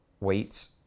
Weights